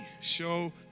Show